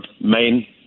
main